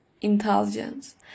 intelligence